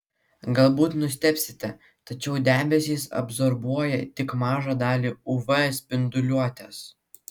galbūt nustebsite tačiau debesys absorbuoja tik mažą dalį uv spinduliuotės